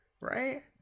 right